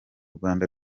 rwanda